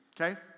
okay